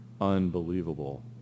unbelievable